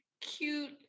cute